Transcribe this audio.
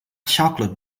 chocolate